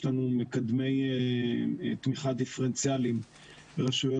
יש לנו מקדמי תמיכה דיפרנציאלים ברשויות.